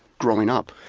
growing up?